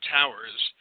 Towers